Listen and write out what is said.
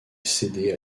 cédé